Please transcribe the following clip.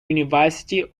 university